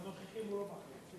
את הנוכחי הוא לא מחליף.